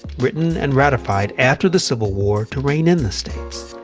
written and ratified after the civil war to rein in the states.